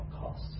cost